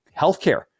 healthcare